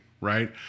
Right